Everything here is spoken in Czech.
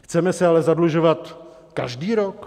Chceme se ale zadlužovat každý rok?